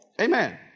Amen